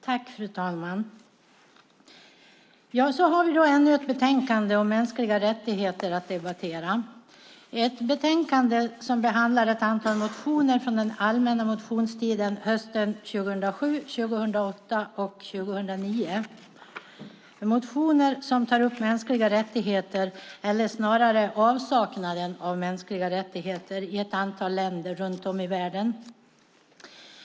Fru talman! Så har vi då ännu ett betänkande om mänskliga rättigheter att debattera. Det är ett betänkande som behandlar ett antal motioner från den allmänna motionstiden höstarna 2007, 2008 och 2009. Motionerna tar upp mänskliga rättigheter, eller snarare avsaknaden av mänskliga rättigheter, i ett antal länder runt om i världen.